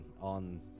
on